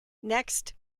next